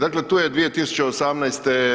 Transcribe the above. Dakle, tu je 2018.